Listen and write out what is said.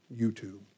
YouTube